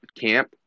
camp